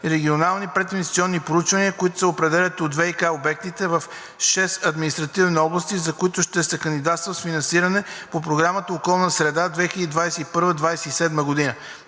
регионални прединвестиционни проучвания, с които се определят ВиК обектите, в 6 административни области, за които ще се кандидатства за финансиране от Програма „Околна среда 2021 –2027 г.“